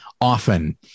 often